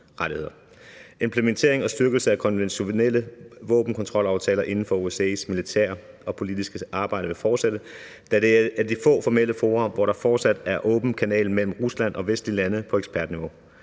implementering og styrkelse af konventionelle våbenkontrolaftaler inden for OSCE's militære og politiske arbejde vil fortsætte, da det er de få formelle fora, hvor der fortsat er en åben kanal mellem Rusland og vestlige lande på ekspertniveau.